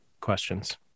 questions